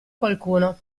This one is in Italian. qualcuno